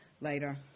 later